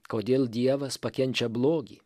kodėl dievas pakenčia blogį